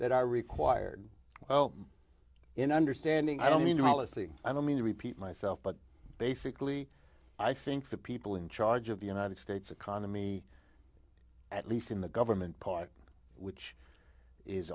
that are required in understanding i don't mean holocene i don't mean to repeat myself but basically i think the people in charge of the united states economy at least in the government part which is